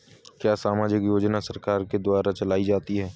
क्या सामाजिक योजना सरकार के द्वारा चलाई जाती है?